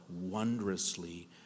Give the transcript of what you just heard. wondrously